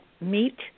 meet